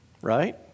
Right